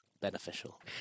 beneficial